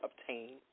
obtain